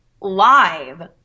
live